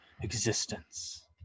existence